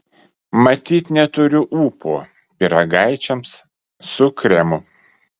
matyt neturiu ūpo pyragaičiams su kremu